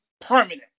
permanent